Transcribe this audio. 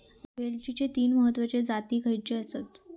वेलचीचे तीन महत्वाचे जाती खयचे आसत?